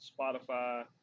Spotify